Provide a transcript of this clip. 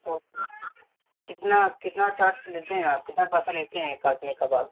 ओ कितना कितना चार्ज लेते हैं आप कितना पैसा लेते हैं काटने का बाल